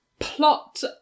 plot